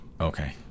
Okay